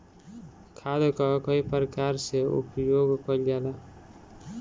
खाद कअ कई प्रकार से उपयोग कइल जाला